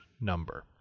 number